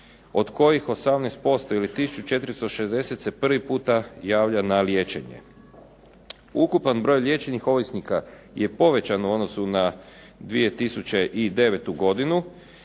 od kojih 18% ili 1460 se prvi puta javlja na liječenje. Ukupan broj liječenih ovisnika je povećan u odnosu na 2009. godinu,